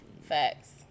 Facts